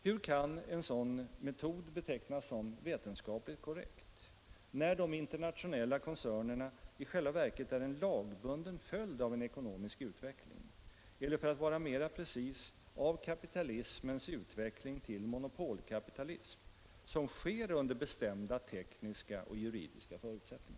Hur kan en sådan metod betecknas som vetenskapligt korrekt när de internationella koncernerna i själva verket är en lagbunden följd av en ekonomisk utveckling eller, för att vara mera precis, av kapitalismens utveckling till monopolkapitalism, som sker under bestämda tekniska och juridiska förutsättningar?